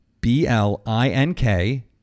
B-L-I-N-K